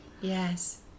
Yes